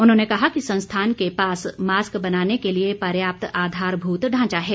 उन्होंने कहा कि संस्थान के पास मास्क बनाने के लिए पर्याप्त आधारभूत ढांचा है